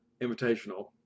Invitational